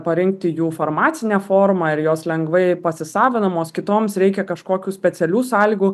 parengti jų farmacinę formą ir jos lengvai pasisavinamos kitoms reikia kažkokių specialių sąlygų